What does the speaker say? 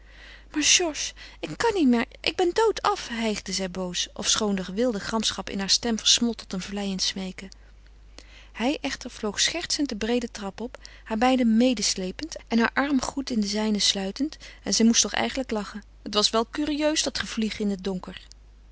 maar georges ik kan niet meer ik ben doodaf hijgde zij boos ofschoon de gewilde gramschap in haar stem versmolt tot een vleiend smeeken hij echter vloog schertsend de breede trap op haar bijna medesleepend en haar arm goed in den zijne sluitend en zij moest toch eigenlijk lachen het was wel curieus dat gevlieg in het donker